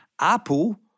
Apple